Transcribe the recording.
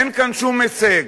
אין כאן שום הישג.